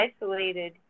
isolated